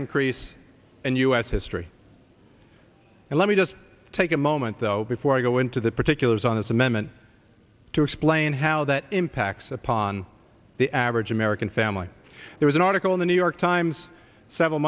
increase in u s history and let me just take a moment though before i go into the particulars on this amendment to explain how that impacts upon the average american family there is an article in the new york times several